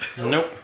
Nope